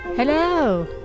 Hello